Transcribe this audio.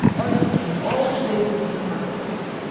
i shall change all the labels, in the first place,